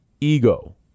ego